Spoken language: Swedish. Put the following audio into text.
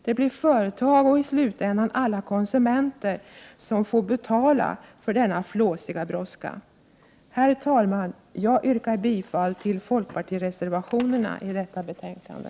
Det blir företag och i slutändan konsumenter som får betala för denna flåsiga brådska. Herr talman! Jag yrkar bifall till folkpartireservationerna i detta betänkande.